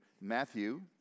Matthew